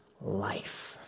life